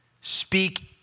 speak